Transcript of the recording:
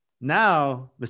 now